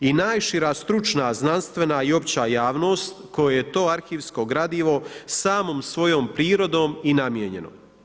I najšira stručna znanstvena i opća javnost kojoj je to gradivo samom svojom prirodom i namijenjeno.